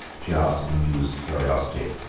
she asked in amused curiosity.